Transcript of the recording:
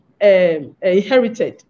inherited